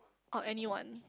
or anyone